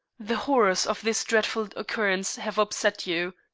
the horrors of this dreadful occurrence have upset you.